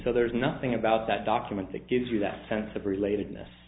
so there's nothing about that document that gives you that sense of related